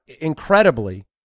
incredibly